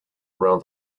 around